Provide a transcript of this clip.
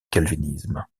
calvinisme